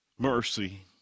Mercy